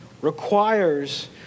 requires